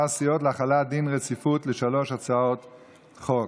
סיעות להחלת דין רציפות על שלוש הצעות חוק.